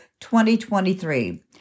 2023